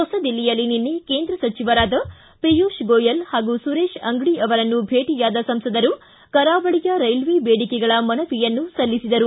ಹೊಸದಿಲ್ಲಿಯಲ್ಲಿ ನಿನ್ನೆ ಕೇಂದ್ರ ಸಚಿವರಾದ ಪಿಯೂಶ್ ಗೋಯಲ್ ಹಾಗೂ ಸುರೇಶ್ ಅಂಗಡಿ ಅವರನ್ನು ಭೇಟಯಾದ ಸಂಸದರು ಕರಾವಳಿಯ ರೈಲ್ವೆ ಬೇಡಿಕೆಗಳ ಮನವಿಯನ್ನು ಸಲ್ಲಿಸಿದರು